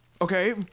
Okay